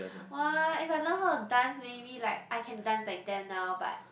!wah! if I learn how to dance maybe like I can dance like them now but